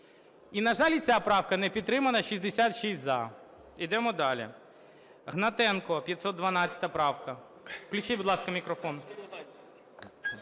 І, на жаль, і ця правка не підтримана, 66 – за. Йдемо далі. Гнатенко, 512 правка. Включіть, будь ласка, мікрофон.